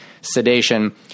sedation